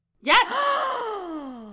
Yes